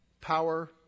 Power